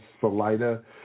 Salida